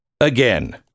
Again